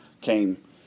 came